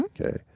okay